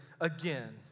again